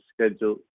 schedule